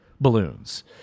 balloons